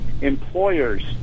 Employers